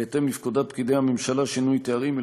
בהתאם לפקודת פקידי הממשלה (שינוי תארים),